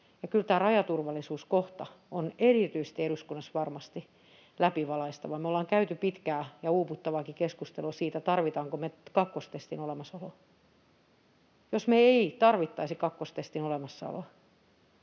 kyllä tämä rajaturvallisuuskohta on erityisesti eduskunnassa varmasti läpivalaistava. Me ollaan käyty pitkää ja uuvuttavaakin keskustelua siitä, tarvitaanko me kakkostestin olemassaoloa. Jos me ei tarvittaisi kakkostestin olemassaoloa,